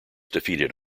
defeated